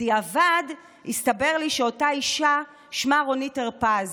בדיעבד הסתבר לי שאותה אישה, ששמה רונית הרפז,